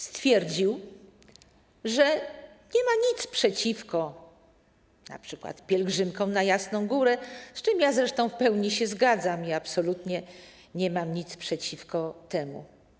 Stwierdził, że nie ma nic przeciwko np. pielgrzymkom na Jasną Górę, z czym zresztą w pełni się zgadzam i absolutnie nie mam nic przeciwko temu.